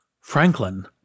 Franklin